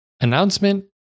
announcement